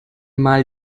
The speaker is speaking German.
mal